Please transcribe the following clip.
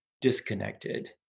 disconnected